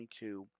22